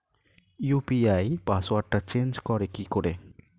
UPI পাসওয়ার্ডটা change করে কি করে?